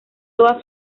toda